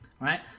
right